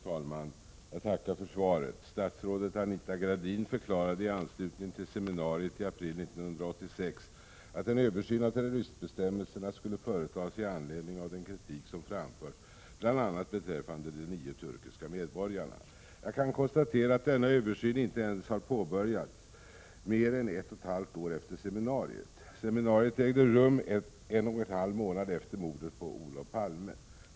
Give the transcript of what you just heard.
Fru talman! Jag tackar för svaret. Statrådet Anita Gradin förklarade i anslutning till seminariet i april 1986 att en översyn av terroristbestämmelserna skulle företas i anledning av den kritik som framförts bl.a. beträffande de nio turkiska medborgarna. Jag kan konstatera att denna översyn inte ens har påbörjats, mer än ett och ett halvt år efter seminariet. Seminariet ägde rum en och en halv månad efter mordet på Olof Palme.